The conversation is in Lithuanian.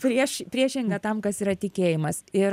prieš priešinga tam kas yra tikėjimas ir